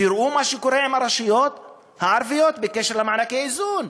תראו מה קורה עם הרשויות הערביות בקשר למענקי איזון.